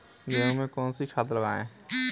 गेहूँ में कौनसी खाद लगाएँ?